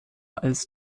als